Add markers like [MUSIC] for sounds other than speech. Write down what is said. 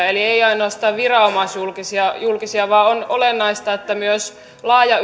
[UNINTELLIGIBLE] eli eivät ainoastaan viranomaisjulkisia vaan on olennaista että myös laaja [UNINTELLIGIBLE]